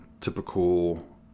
typical